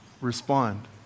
respond